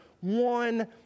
one